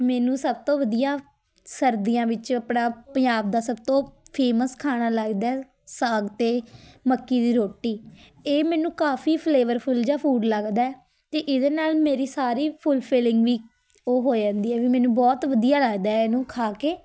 ਮੈਨੂੰ ਸਭ ਤੋਂ ਵਧੀਆ ਸਰਦੀਆਂ ਵਿੱਚ ਆਪਣਾ ਪੰਜਾਬ ਦਾ ਸਭ ਤੋਂ ਫੇਮਸ ਖਾਣਾ ਲੱਗਦਾ ਸਾਗ ਅਤੇ ਮੱਕੀ ਦੀ ਰੋਟੀ ਇਹ ਮੈਨੂੰ ਕਾਫ਼ੀ ਫਲੇਵਰਫੁੱਲ ਜਿਹਾ ਫੂਡ ਲੱਗਦਾ ਅਤੇ ਇਹਦੇ ਨਾਲ਼ ਮੇਰੀ ਸਾਰੀ ਫੁੱਲਫੀਲਿੰਗ ਵੀ ਉਹ ਹੋ ਜਾਂਦੀ ਹੈ ਵੀ ਮੈਨੂੰ ਬਹੁਤ ਵਧੀਆ ਲੱਗਦਾ ਇਹਨੂੰ ਖਾ ਕੇ